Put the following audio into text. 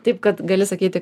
taip kad gali sakyti